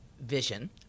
vision